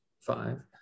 five